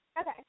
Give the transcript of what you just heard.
Okay